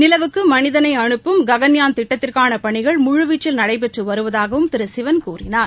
நிலவுக்கு மனிதனை அனுப்பும் ககன்யான் திட்டத்திற்கான பணிகள் முழு வீச்சில் நடைபெற்று வருவதாகவும் திரு சிவன் கூறினார்